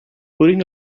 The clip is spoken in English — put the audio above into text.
putting